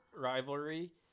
rivalry